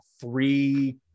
three